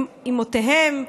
אימותיהם,